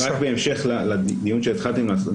רק בהמשך לדיון שהתחלתם לעשות,